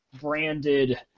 branded